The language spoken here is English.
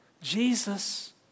Jesus